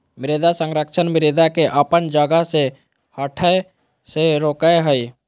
मृदा संरक्षण मृदा के अपन जगह से हठय से रोकय हइ